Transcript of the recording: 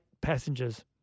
passengers